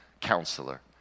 Counselor